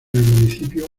municipio